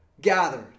gathered